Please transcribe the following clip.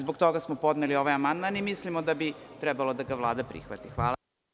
Zbog toga smo podneli ovaj amandman i mislimo da bi trebalo da ga Vlada prihvati.